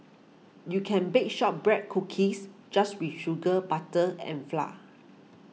you can bake Shortbread Cookies just with sugar butter and flour